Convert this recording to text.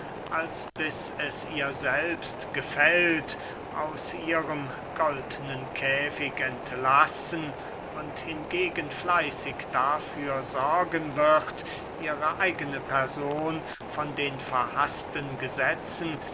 als bis es ihr selbst gefällt aus ihrem goldnen käfich entlassen und hingegen fleißig dafür sorgen wird ihre eigene person von den verhaßten gesetzen